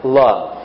love